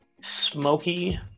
smoky